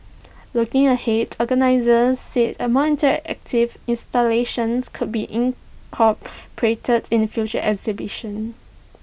looking ahead organisers said more interactive installations could be incorporated in future exhibitions